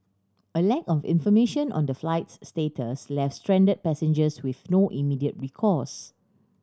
a lack of information on the flight's status left stranded passengers with no immediate recourse